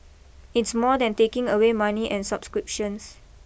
it's more than taking away money and subscriptions